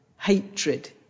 hatred